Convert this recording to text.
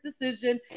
decision